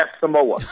Samoa